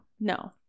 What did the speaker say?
No